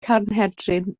carnhedryn